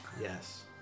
yes